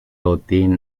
routine